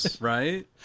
right